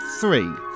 three